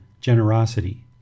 generosity